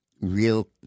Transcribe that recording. real